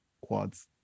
quads